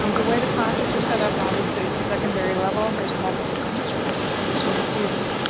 um the way the classes are set up obviously at the secondary level there's multiple teachers teaching a student,